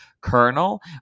colonel